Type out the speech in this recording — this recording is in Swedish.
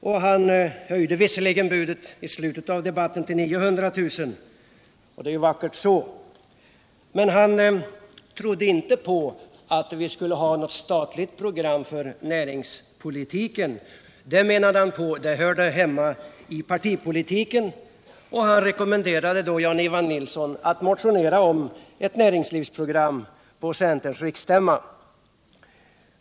I slutet av sitt anförande höjde han visserligen budet till 900 000 — och det är vackert så — men han trodde inte på något statligt program för näringspolitiken. Det menade han hörde hemma i partipolitiken, och han rekommenderade Jan-Ivan Nilsson att motionera om ett näringslivsprogram till centerns riksstämma.